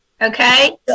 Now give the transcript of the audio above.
Okay